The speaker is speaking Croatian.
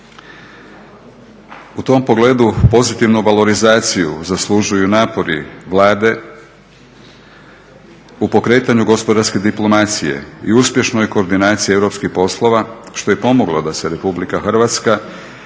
U tom pogledu pozitivnu valorizaciju zaslužuju napori Vlade u pokretanju gospodarske diplomacije i uspješnoj koordinaciji europskih poslova, što je pomoglo da se Republika Hrvatska